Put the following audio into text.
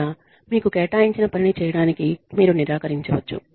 లేదా మీకు కేటాయించిన పనిని చేయడానికి మీరు నిరాకరించవచ్చు